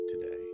today